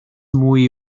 mwy